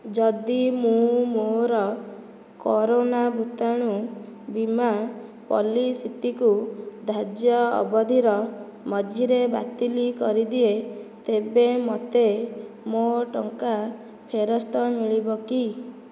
ଯଦି ମୁଁ ମୋ'ର କରୋନା ଭୂତାଣୁ ବୀମା ପଲିସିଟିକୁ ଧାର୍ଯ୍ୟ ଅବଧିର ମଝିରେ ବାତିଲ୍ କରିଦିଏ ତେବେ ମୋତେ ମୋ' ଟଙ୍କା ଫେରସ୍ତ ମିଳିବ କି